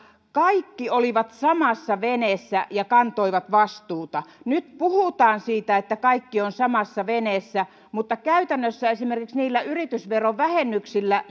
kaikki olivat samassa veneessä ja kantoivat vastuuta nyt puhutaan siitä että kaikki ovat samassa veneessä mutta käytännössä esimerkiksi niillä yritysverovähennyksillä